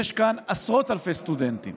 יש כאן עשרות אלפי סטודנטים